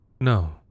No